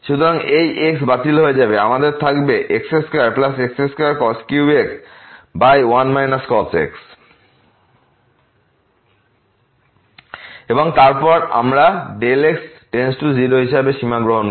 সুতরাং এই x বাতিল হয়ে যাবে আমাদের থাকবে x2x2cos3x 1 cos x এবং তারপর আমরা x → 0 হিসাবে সীমা গ্রহণ করব